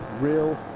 real